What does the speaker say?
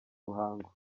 ruhango